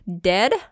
dead